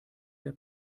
der